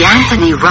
Anthony